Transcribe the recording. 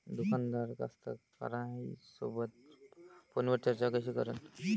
दुकानदार कास्तकाराइसोबत फोनवर चर्चा कशी करन?